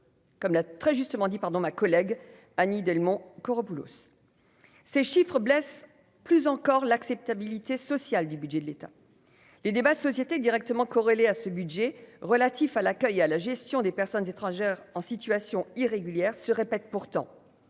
Comme l'a très justement dit pardon, ma collègue Annie Delmont Koropoulis ces chiffrent blesse plus encore l'acceptabilité sociale du budget de l'État, les débats de société directement corrélée à ce budget relatif à l'accueil, à la gestion des personnes étrangères en situation irrégulière se répète pourtant